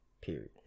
Period